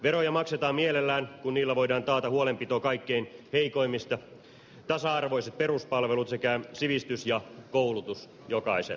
veroja maksetaan mielellään kun niillä voidaan taata huolenpito kaikkein heikoimmista tasa arvoiset peruspalvelut sekä sivistys ja koulutus jokaiselle